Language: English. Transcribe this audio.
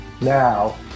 now